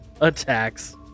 attacks